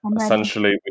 Essentially